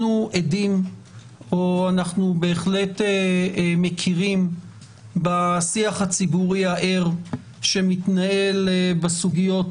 אנחנו מכירים בשיח הציבורי הער שמתנהל בסוגיות